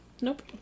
nope